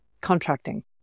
contracting